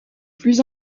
plus